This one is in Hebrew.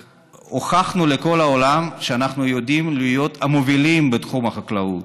הוכחנו לכל העולם שאנחנו יודעים להיות המובילים בתחום החקלאות.